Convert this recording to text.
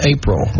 April